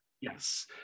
yes